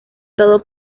todo